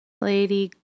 Lady